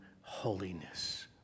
holiness